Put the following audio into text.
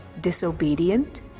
disobedient